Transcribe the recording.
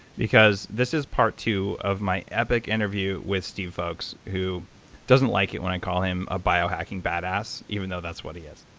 because this is part two of my epic interview with steve fowkes who doesn't like it when i call him a bio-hacking badass, even though that's what he is.